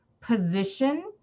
position